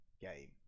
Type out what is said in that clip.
game